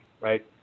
right